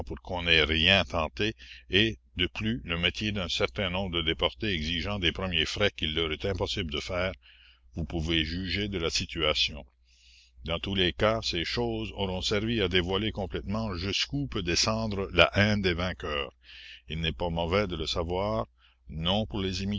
qu'on ait rien tenté et de la commune plus le métier d'un certain nombre de déportés exigeant des premiers frais qu'il leur est impossible de faire vous pouvez juger de la situation dans tous les cas ces choses auront servi à dévoiler complètement jusqu'où peut descendre la haine des vainqueurs il n'est pas mauvais de le savoir non pour les